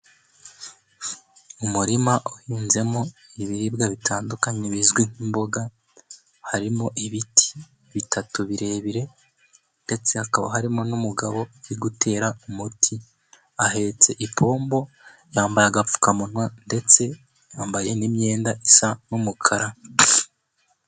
Umurima uhinzemo ibiribwa bitandukanye bizwi nk'imboga, harimo ibiti bitatu birebire, ndetse hakaba harimo n'umugabo uri gutera umuti, ahetse ipombo, yambaye agapfukamunwa ndetse yambaye n'imyenda isa n'umukara.